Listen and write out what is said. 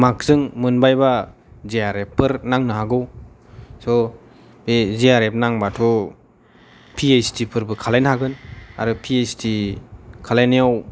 marks जों मोनबायबा J R F for नांनो हागौ स' बे जे आर एफ नांबाथ' पि ओइस दि फोरबो खालायनो हागोन आरो पि ओइस दि खालायनायाव